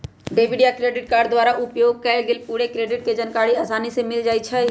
debit आ credit card द्वारा उपयोग कएल गेल पूरे क्रेडिट के जानकारी असानी से मिल जाइ छइ